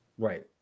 Right